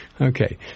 okay